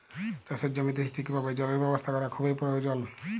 চাষের জমিতে ঠিকভাবে জলের ব্যবস্থা ক্যরা খুবই পরয়োজল